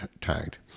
tagged